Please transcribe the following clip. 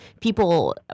people